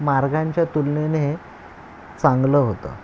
मार्गांच्या तुलनेने चांगलं होतं